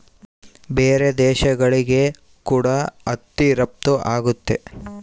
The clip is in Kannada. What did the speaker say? ಬೇರೆ ದೇಶಗಳಿಗೆ ಕೂಡ ಹತ್ತಿ ರಫ್ತು ಆಗುತ್ತೆ